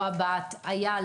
היה,